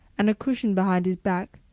and a cushion behind his back,